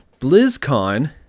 BlizzCon